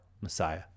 Messiah